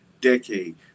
decade